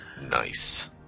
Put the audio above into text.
Nice